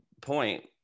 point